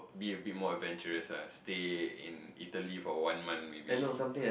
be a bit more adventurous ah stay in Italy for one month maybe